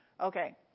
okay